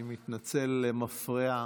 אני מתנצל למפרע: